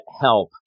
help